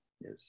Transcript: yes